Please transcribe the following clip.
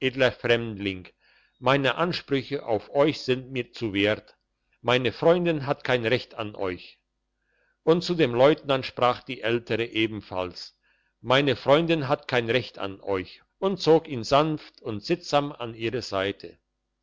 fremdling meine ansprüche auf euch sind mir zu wert meine freundin hat kein recht an euch und zu dem leutnant sprach die ältere ebenfalls meine freundin hat kein recht an euch und zog ihn sanft und sittsam an ihre seite